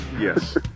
Yes